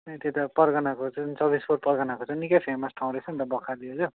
त्यो त परगनाको जुन चौबिस परगनाको निक्कै फेमस ठाउँ रहेछ नि त बखाली हजुर